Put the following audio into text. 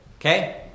okay